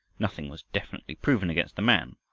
nothing was definitely proven against the man.